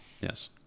Yes